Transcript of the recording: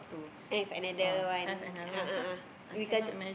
have another one a'ah a'ah regarding